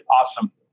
Awesome